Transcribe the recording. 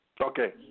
Okay